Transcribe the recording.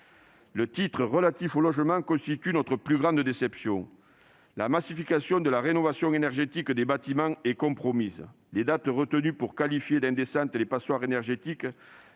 Le titre relatif au logement constitue notre plus grande déception. La massification de la rénovation énergétique des bâtiments est compromise. Les dates retenues pour qualifier d'indécentes les passoires énergétiques